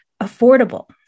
affordable